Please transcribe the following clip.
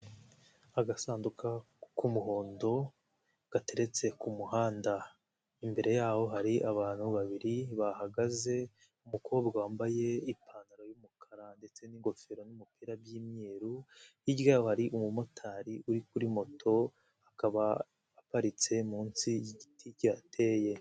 Agasanduka k'umuhondo gateretse ku muhanda, imbere y'aho hari abantu babiri bahagaze, umukobwa wambaye ipantaro y'umukara ndetse n'ingofero n'umupira by'imyeru, hirya yabo hari umumotari uri kuri moto akaba aparitse munsi y'igiti kihateye.